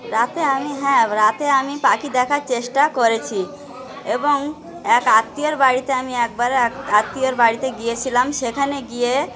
রাতে আমি হ্যাঁ রাতে আমি পাখি দেখার চেষ্টা করেছি এবং এক আত্মীয়র বাড়িতে আমি একবারে এক আত্মীয়র বাড়িতে গিয়েছিলাম সেখানে গিয়ে